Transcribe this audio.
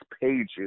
pages